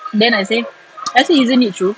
then I say actually isn't it true